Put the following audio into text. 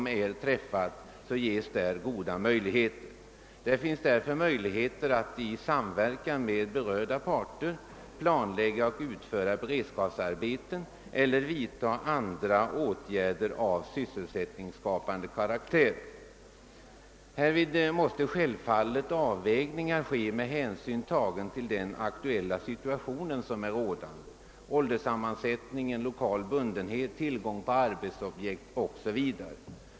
Därför finns det goda utsikter att i samverkan med berörda parter kunna planlägga och utföra beredskapsarbeten eller vidta andra sysselsättningsskapande ' åtgärder. Härvid måste självfallet avvägningar göras med hänsyn tagen till 'den rådande situationen, ålderssammansättning, lokal bundenhet, tillgång på arbetsobjekt 0. s. v. '